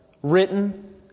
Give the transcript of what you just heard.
written